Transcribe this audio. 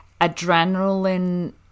Adrenaline